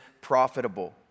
profitable